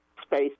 space